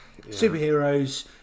superheroes